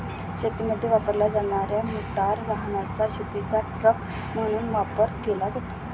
शेतीमध्ये वापरल्या जाणार्या मोटार वाहनाचा शेतीचा ट्रक म्हणून वापर केला जातो